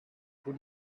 could